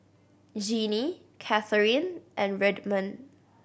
Jeanie Catherine and Redmond